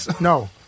No